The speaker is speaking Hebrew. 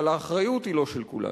אבל האחריות היא לא של כולנו,